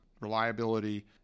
reliability